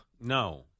No